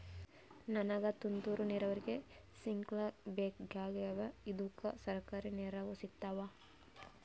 ನನಗ ತುಂತೂರು ನೀರಾವರಿಗೆ ಸ್ಪಿಂಕ್ಲರ ಬೇಕಾಗ್ಯಾವ ಇದುಕ ಸರ್ಕಾರಿ ನೆರವು ಸಿಗತ್ತಾವ?